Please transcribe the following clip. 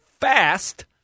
fast